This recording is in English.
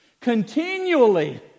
continually